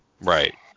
Right